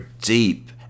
deep